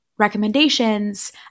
recommendations